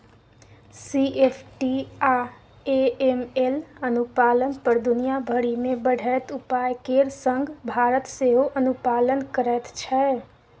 CFT आ AML अनुपालन पर दुनिया भरि मे बढ़ैत उपाय केर संग भारत सेहो अनुपालन करैत छै